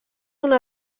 una